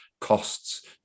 costs